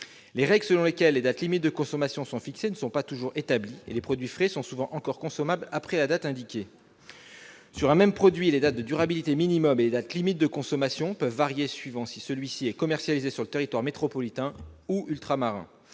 Les règles selon lesquelles les dates limites de consommation sont fixées ne sont pas toujours établies, et les produits frais sont souvent encore consommables après la date indiquée. Sur un même produit, les dates de durabilité minimale et les dates limites de consommation peuvent varier selon qu'il est commercialisé sur le territoire métropolitain ou ultramarin.